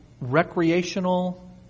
recreational